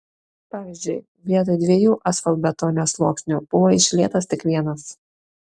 pavyzdžiui vietoj dviejų asfaltbetonio sluoksnių buvo išlietas tik vienas